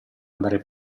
andare